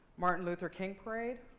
martin luther king parade.